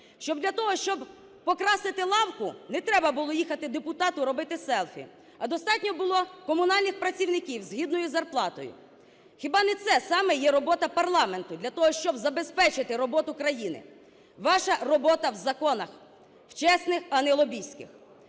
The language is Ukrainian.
Для того, щоб покрасити лавку, не треба було їхати депутату, робити селфі, а достатньо було комунальних працівників з гідною зарплатою. Хіба не це саме є робота парламенту для того, щоб забезпечити роботу країни? Ваша робота в законах – в чесних, а не лобістських.